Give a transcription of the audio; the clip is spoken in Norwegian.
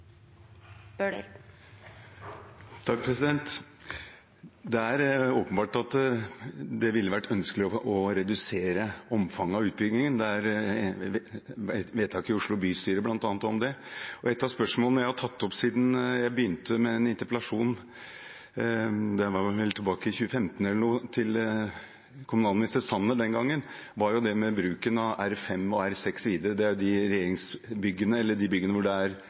åpenbart at det ville vært ønskelig å redusere omfanget av utbyggingen. Det er bl.a. et vedtak i Oslo bystyre om det. Et av spørsmålene jeg har tatt opp siden jeg begynte med en interpellasjon – det var vel tilbake i 2015 – til kommunalminister Sanner den gangen, er det med den videre bruken av R5 og R6. Det er de byggene hvor det er